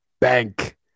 bank